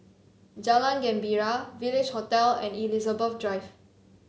Jalan Gembira Village Hotel and Elizabeth Drive